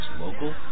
local